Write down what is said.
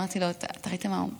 אמרתי לו: אתה ראית מה הוא אמר?